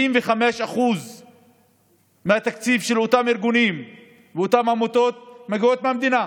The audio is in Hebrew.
75% מהתקציב של אותם ארגונים ואותן עמותות מגיעים מהמדינה,